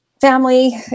family